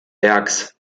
werks